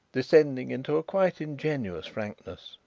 descending into a quite ingenuous frankness.